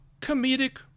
comedic